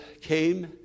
came